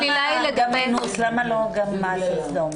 לגבי אינוס, למה לא גם מעשה סדום?